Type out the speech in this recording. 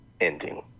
ending